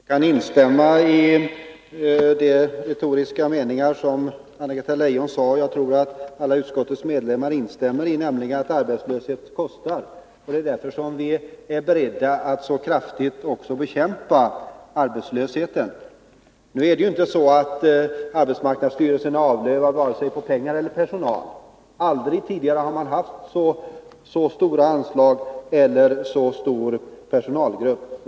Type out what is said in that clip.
Herr talman! Jag kan instämma i Anna-Greta Leijons självklara och retoriska meningar. Jag tror att utskottets alla ledamöter instämmer i att arbetslösheten kostar. Det är därför som vi är beredda att så kraftigt bekämpa arbetslösheten. Nu är det ju inte så att arbetsmarknadsstyrelsen är avlövad på vare sig pengar eller personal. Aldrig tidigare har man haft så stora anslag eller så stor personal.